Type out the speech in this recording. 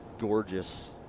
gorgeous